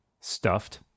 stuffed